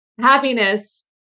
Happiness